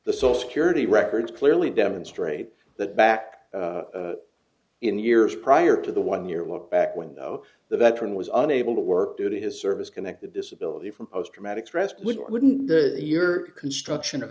the social security records clearly demonstrate that back in the years prior to the one year look back when though the veteran was unable to work due to his service connected disability from post traumatic stress would or wouldn't your construction o